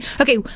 Okay